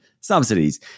subsidies